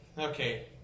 Okay